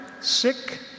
sick